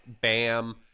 Bam